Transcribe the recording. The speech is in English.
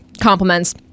compliments